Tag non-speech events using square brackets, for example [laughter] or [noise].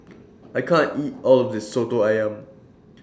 [noise] I can't eat All of This Soto Ayam